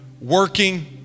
working